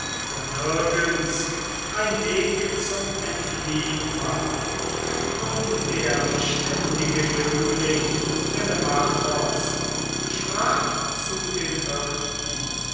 nirgends ein weg zum entfliehn war und der verständige jüngling telemachos sprach zu den hirten